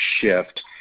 shift